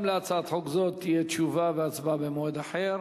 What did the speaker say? גם בהצעת חוק זו תשובה והצבעה במועד אחר.